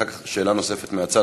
אנחנו ניתן אחר כך שאלה נוספת מהצד,